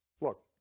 look